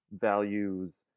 values